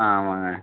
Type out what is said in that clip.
ஆ ஆமாங்க